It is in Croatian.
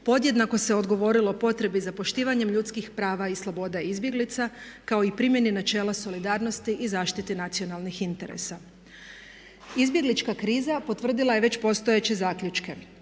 podjednako se odgovorilo potrebi za poštivanjem ljudskih prava i sloboda izbjeglica kao i primjeni načela solidarnosti i zaštiti nacionalnih interesa. Izbjeglička kriza potvrdila je već postojeće zaključke.